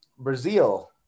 Brazil